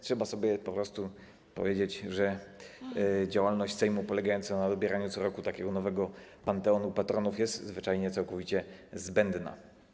Trzeba sobie po prostu powiedzieć, że działalność Sejmu polegająca na wybieraniu co roku nowego panteonu patronów jest zwyczajnie całkowicie zbędna.